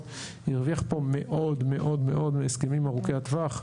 הרוויח פה מאוד מאוד מההסכמים ארוכי הטווח.